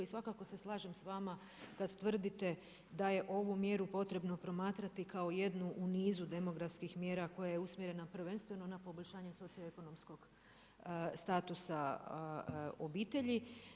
I svakako se slažem sa vama kad tvrdite da je ovu mjeru potrebno promatrati kao jednu u nizu demografskih mjera koja je usmjerena prvenstveno na poboljšanje socioekonomskog statusa obitelji.